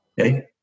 okay